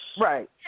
Right